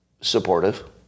supportive